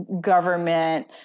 government